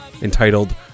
entitled